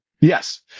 Yes